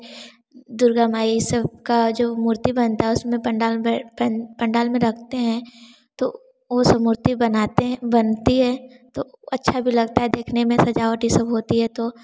दुर्गा माई सब का जो मूर्ति बनता है उसमें पंडाल पंडाल में रखते हैं तो वे सब मूर्ति बनाते हैं बनती है तो अच्छा भी लगता है देखने में सजावट यह होती है तो